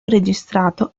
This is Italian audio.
registrato